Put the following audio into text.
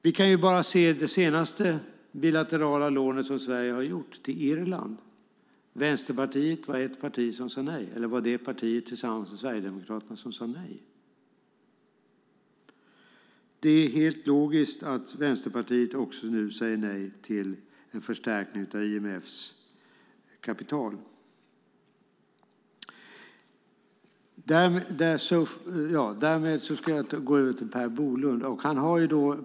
Vi kan bara titta på det senaste bilaterala lånet från Sverige till Irland. Vänsterpartiet var det parti som tillsammans med Sverigedemokraterna sade nej. Det är helt logiskt att Vänsterpartiet nu också säger nej till en förstärkning av IMF:s kapital. Därmed ska jag gå över till Per Bolund.